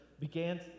Began